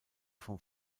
vom